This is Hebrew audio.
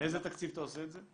מאיזה תקציב אתה עושה את זה?